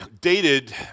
dated